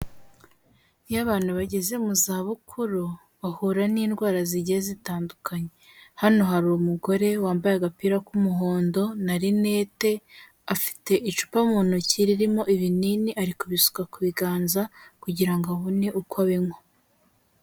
Iyo abantu bageze mu zabukuru bahura n'indwara zigiye zitandukanye. Hano hari umugore wambaye agapira k'umuhondo na rinete, afite icupa mu ntoki ririmo ibinini arikubisuka ku biganza kugira ngo abone uko abinywa.